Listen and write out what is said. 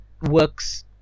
works